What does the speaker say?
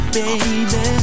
baby